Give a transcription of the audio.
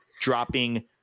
dropping